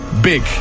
big